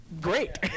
great